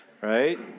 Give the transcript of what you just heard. Right